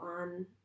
on